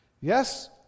Yes